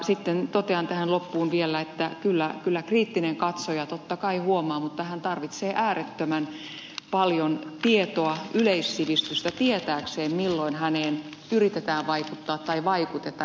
sitten totean tähän loppuun vielä että kyllä kriittinen katsoja totta kai huomaa mutta hän tarvitsee äärettömän paljon tietoa yleissivistystä tietääkseen milloin häneen yritetään vaikuttaa tai vaikutetaan